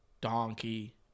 Donkey